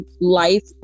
life